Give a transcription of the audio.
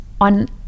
on